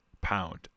Pound